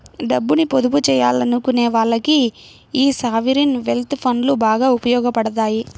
డబ్బుని పొదుపు చెయ్యాలనుకునే వాళ్ళకి యీ సావరీన్ వెల్త్ ఫండ్లు బాగా ఉపయోగాపడతాయి